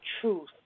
truth